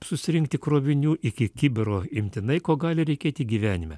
susirinkti krovinių iki kibiro imtinai ko gali reikėti gyvenime